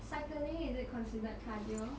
cycling is it considered cardio